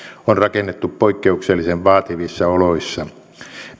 on rakennettu poikkeuksellisen vaativissa oloissa